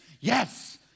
Yes